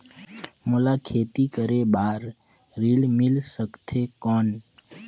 मोला खेती करे बार ऋण मिल सकथे कौन?